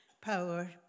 power